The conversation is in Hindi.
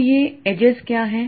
अबये एड्जेस क्या हैं